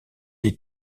les